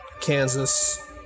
Kansas